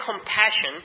compassion